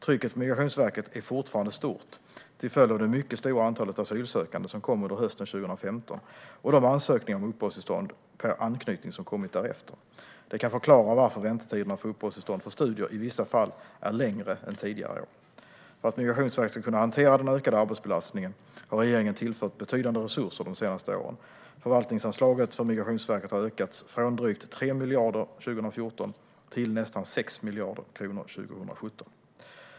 Trycket på Migrationsverket är fortfarande stort till följd av det mycket stora antalet asylsökande som kom under hösten 2015 och de ansökningar om uppehållstillstånd på grund av anknytning som kommit därefter. Det kan förklara varför väntetiderna för uppehållstillstånd för studier i vissa fall är längre än tidigare år. För att Migrationsverket ska kunna hantera den ökade arbetsbelastningen har regeringen tillfört betydande resurser de senaste åren. Förvaltningsanslaget för Migrationsverket har ökats från drygt 3 miljarder 2014 till nästan 6 miljarder kronor 2017.